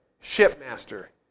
shipmaster